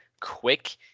quick